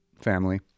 Family